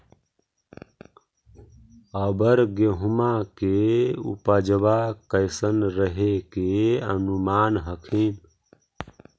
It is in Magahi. अबर गेहुमा के उपजबा कैसन रहे के अनुमान हखिन?